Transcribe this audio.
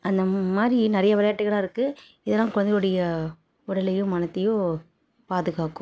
அந்த மாதிரி நிறையா விளையாட்டுக்கள்லாம் இருக்குது இதெல்லாம் குழந்தைகளுடைய உடலையும் மனதையோ பாதுகாக்கும்